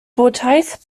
bwdhaeth